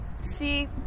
see